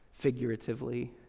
figuratively